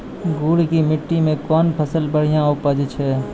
गुड़ की मिट्टी मैं कौन फसल बढ़िया उपज छ?